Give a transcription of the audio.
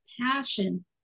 passion